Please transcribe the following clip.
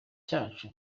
cyacu